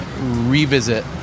revisit